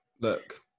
Look